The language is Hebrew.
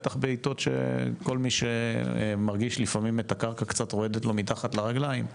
בטח בעתות של כל מי שמרגיש לפעמים את הקרקע קצת רועדת לו מתחת לרגליים,